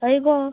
हय गो